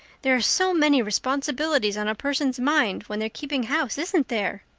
there are so many responsibilities on a person's mind when they're keeping house, isn't there?